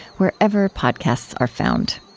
wherever podcasts are found